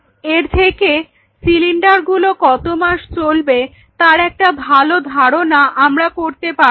এর থেকে সিলিন্ডার গুলো কত মাস চলবে তার একটা ভালো ধারনা আমরা করতে পারবো